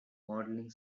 modeling